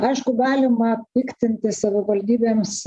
aišku galima piktintis savivaldybėmis